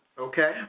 Okay